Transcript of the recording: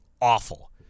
awful